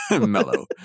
Mellow